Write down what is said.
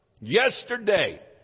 Yesterday